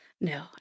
No